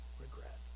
regret